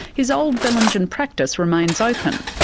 his old bellingen practice remains open.